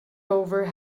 over